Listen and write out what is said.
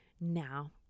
now